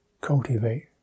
cultivate